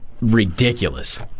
ridiculous